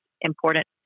important